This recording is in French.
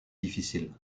difficile